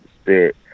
spirit